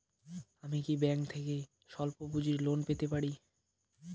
আমি কি ব্যাংক থেকে স্বল্প পুঁজির লোন পেতে পারি?